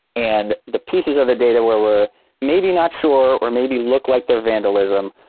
and the pieces of the data where we're maybe not sure or maybe look like they're vandalism,